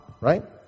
Right